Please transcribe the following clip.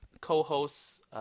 co-hosts